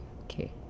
Okay